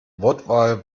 wortwahl